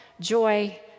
joy